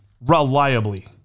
Reliably